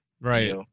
Right